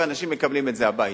ואנשים מקבלים את זה הביתה.